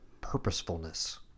purposefulness